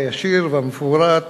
הישיר והמפורט